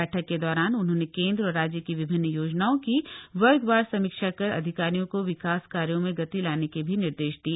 बठक के दौरान उन्होंने केंद्र और राज्य की विभिन्न याजनाओं की वर्ग वार समीक्षा कर अधिकारियों का विकास कार्यो में गति लाने के निर्देश भी दिए